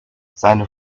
seine